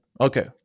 Okay